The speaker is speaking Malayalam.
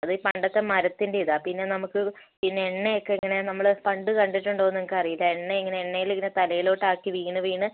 അത് പണ്ടത്തെ മരത്തിൻ്റെ ഇതാ പിന്നെ നമുക്ക് പിന്നെ എണ്ണയൊക്കെ ഇങ്ങനെ നമ്മൾ പണ്ട് കണ്ടിട്ടുണ്ടോയെന്ന് എനിക്ക് അറിയില്ല എണ്ണ ഇങ്ങനെ എണ്ണയിൽ ഇങ്ങനെ തലയിലോട്ട് ആക്കി വീണ് വീണ്